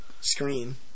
screen